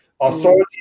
Authority